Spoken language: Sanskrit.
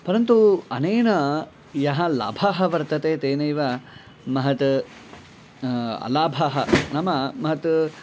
परन्तु अनेन यः लाभः वर्तते तेनैव महत् अलाभः नाम महत्